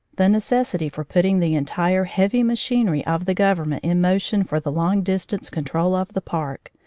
the necessity for putting the entire heavy machinery of the government in motion for the long distance control of the park,